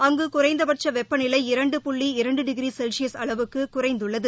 அங்கு குறைந்தபட்ச வெப்ப நிலை இரண்டு புள்ளி இரண்டு டிகிரி செல்சியஸ் அளவுக்கு குறைந்துள்ளது